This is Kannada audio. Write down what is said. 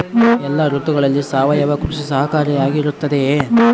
ಎಲ್ಲ ಋತುಗಳಲ್ಲಿ ಸಾವಯವ ಕೃಷಿ ಸಹಕಾರಿಯಾಗಿರುತ್ತದೆಯೇ?